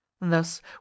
Thus